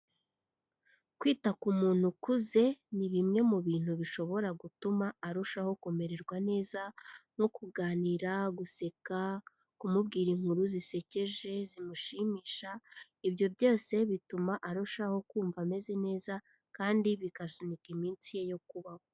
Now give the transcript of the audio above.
Kwita ku muntu ukuze ni bimwe mu bintu bishobora gutuma arushaho kumererwa neza, nko kuganira, guseka, kumubwira inkuru zisekeje zimushimisha, ibyo byose bituma arushaho kumva ameze neza kandi bigasunika iminsi ye yo kubaho.